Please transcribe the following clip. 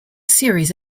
series